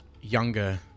younger